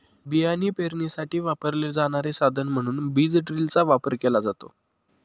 बियाणे पेरणीसाठी वापरले जाणारे साधन म्हणून बीज ड्रिलचा वापर केला जातो